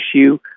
issue